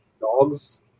dogs